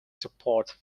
support